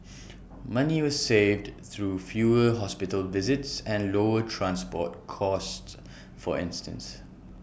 money was saved through fewer hospital visits and lower transport costs for instance